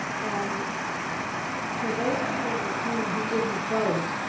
and for those people in this room who didn't vote,